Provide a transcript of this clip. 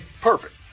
Perfect